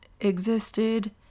existed